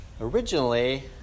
Originally